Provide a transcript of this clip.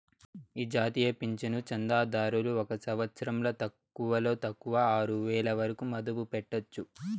ఈ జాతీయ పింఛను చందాదారులు ఒక సంవత్సరంల తక్కువలో తక్కువ ఆరువేల వరకు మదుపు పెట్టొచ్చు